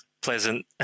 pleasant